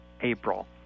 April